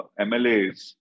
MLAs